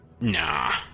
Nah